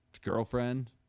girlfriend